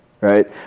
right